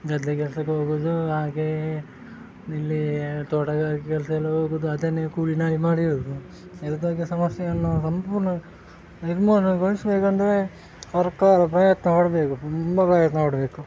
ಗದ್ದೆ ಕೆಲ್ಸಕ್ಕೆ ಹೋಗೋದು ಹಾಗೆಯೇ ಇಲ್ಲಿ ತೋಟಗಳ ಕೆಲಸ ಎಲ್ಲ ಹೋಗುದು ಅದನ್ನೆ ಕೂಲಿ ನಾಲಿ ಮಾಡಿರೋದು ಹೇಳಿದಾಗೆ ಸಮಸ್ಯೆಯನ್ನು ಸಂಪೂರ್ಣ ನಿರ್ಮೂಲನೆಗೊಳಿಸಬೇಕಂದ್ರೆ ಸರ್ಕಾರ ಪ್ರಯತ್ನ ಪಡಬೇಕು ತುಂಬ ಪ್ರಯತ್ನ ಪಡಬೇಕು